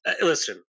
Listen